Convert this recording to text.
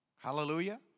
Hallelujah